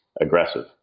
aggressive